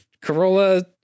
Corolla